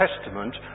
Testament